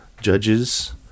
judges